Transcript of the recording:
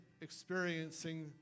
experiencing